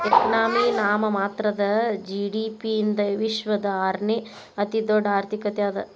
economy ನಾಮಮಾತ್ರದ GDP ಯಿಂದ ವಿಶ್ವದ ಆರನೇ ಅತಿದೊಡ್ಡ್ ಆರ್ಥಿಕತೆ ಅದ